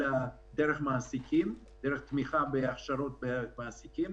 אלא לעשות את זה דרך תמיכה בהכשרות במעסיקים.